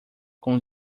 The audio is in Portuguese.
com